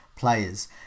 Players